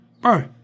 bro